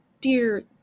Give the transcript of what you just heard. dear